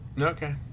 okay